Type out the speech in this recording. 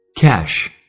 Cash